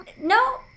No